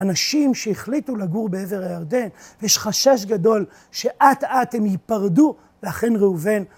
אנשים שהחליטו לגור בעבר הירדן ויש חשש גדול שאט-אט הם ייפרדו, ואכן ראובן.